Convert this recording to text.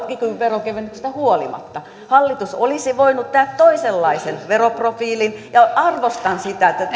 kikyn veronkevennyksistä huolimatta hallitus olisi voinut tehdä toisenlaisen veroprofiilin ja arvostan sitä